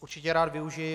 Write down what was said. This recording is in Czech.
Určitě je rád využiji.